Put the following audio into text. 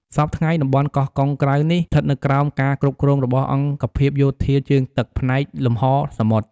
សព្វថ្ងៃតំបន់កោះកុងក្រៅនេះស្ថិតនៅក្រោមការគ្រប់គ្រងរបស់អង្គភាពយោធាជើងទឹកផ្នែកលំហសមុទ្រ។